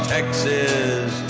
Texas